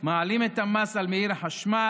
מעלים את המס על החשמל,